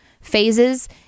phases